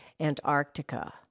Antarctica